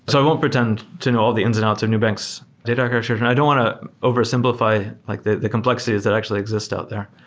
so i won't pretend to know all the ins and outs of nubank's data architectures and i don't want to oversimplify like the the complexities that actually exist out there.